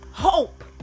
Hope